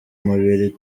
mubiri